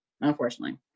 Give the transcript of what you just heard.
unfortunately